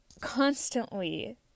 constantly